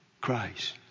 Christ